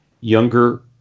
younger